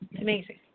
amazing